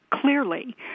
clearly